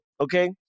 okay